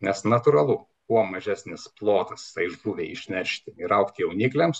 nes natūralu kuo mažesnis plotas tai žuviai išneršti ir augti jaunikliams